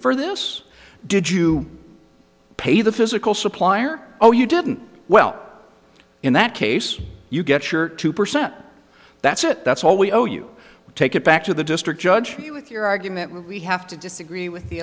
for this did you pay the physical supplier oh you didn't well in that case you get your two percent that's it that's all we owe you take it back to the district judge you with your argument we have to disagree with the